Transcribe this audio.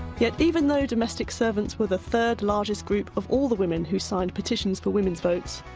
yet even though domestic servants were the third largest group of all the women who signed petitions for women's votes,